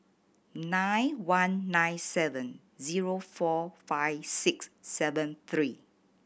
nine one nine seven zero four five six seven three